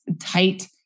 tight